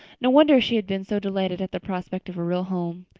no wonder she had been so delighted at the prospect of a real home.